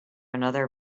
another